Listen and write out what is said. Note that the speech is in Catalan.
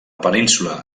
península